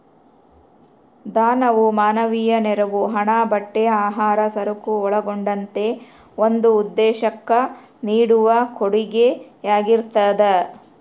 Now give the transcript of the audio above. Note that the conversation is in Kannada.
ದಾನವು ಮಾನವೀಯ ನೆರವು ಹಣ ಬಟ್ಟೆ ಆಹಾರ ಸರಕು ಒಳಗೊಂಡಂತೆ ಒಂದು ಉದ್ದೇಶುಕ್ಕ ನೀಡುವ ಕೊಡುಗೆಯಾಗಿರ್ತದ